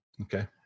Okay